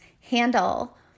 handle